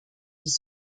des